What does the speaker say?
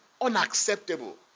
unacceptable